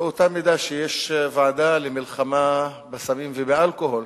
באותה מידה שיש ועדה למלחמה בסמים ובאלכוהול,